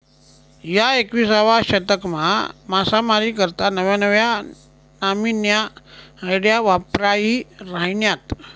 ह्या एकविसावा शतकमा मासामारी करता नव्या नव्या न्यामीन्या आयडिया वापरायी राहिन्यात